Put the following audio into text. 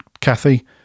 kathy